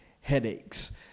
headaches